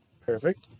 Perfect